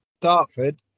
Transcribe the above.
Dartford